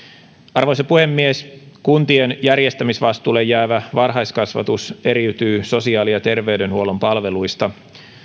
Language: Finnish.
arvoisa puhemies kuntien järjestämisvastuulle jäävä varhaiskasvatus eriytyy sosiaali ja terveydenhuollon palveluista